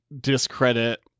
discredit